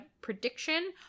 prediction